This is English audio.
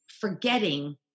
forgetting